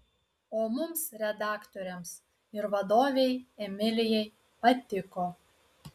o mums redaktoriams ir vadovei emilijai patiko